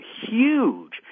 huge